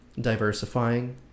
diversifying